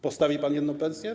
Postawi pan jedną pensję?